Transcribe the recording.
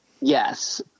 Yes